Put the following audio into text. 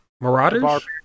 Marauders